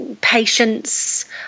patience